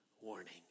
warning